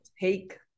take